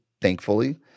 thankfully